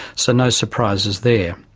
so no surprises there.